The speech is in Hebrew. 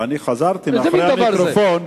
איזה מין דבר זה?